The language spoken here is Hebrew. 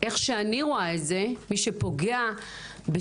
איך שאני רואה את זה, מי שפוגע בשלטים,